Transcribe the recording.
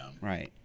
Right